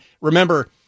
remember